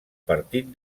partit